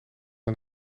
aan